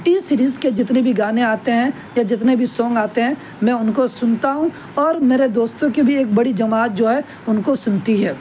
T series کے جتنے بھی گانے آتے ہیں یا جتنے بھی سونگ آتے ہیں میں ان کو سنتا ہوں اور میرے دوستوں کی بھی ایک بڑی جماعت جو ہے ان کو سنتی ہے